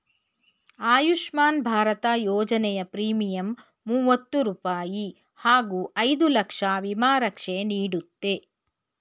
ಆಯುಷ್ಮಾನ್ ಭಾರತ ಯೋಜನೆಯ ಪ್ರೀಮಿಯಂ ಮೂವತ್ತು ರೂಪಾಯಿ ಹಾಗೂ ಐದು ಲಕ್ಷ ವಿಮಾ ರಕ್ಷೆ ನೀಡುತ್ತೆ